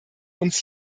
uns